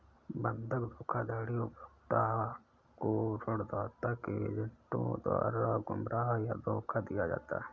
बंधक धोखाधड़ी उपभोक्ता को ऋणदाता के एजेंटों द्वारा गुमराह या धोखा दिया जाता है